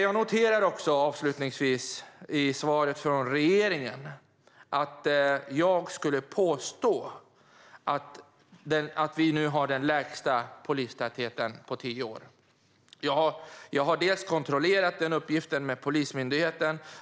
Avslutningsvis skulle jag, apropå svaret från regeringen, påstå att vi nu har den lägsta polistätheten på tio år. Jag har kontrollerat den uppgiften med Polismyndigheten.